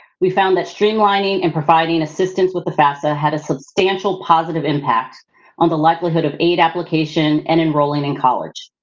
we found that streamlining and providing assistance with the fafsa had a substantial positive impact on the likelihood of aid application and enrolling in college.